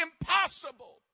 impossible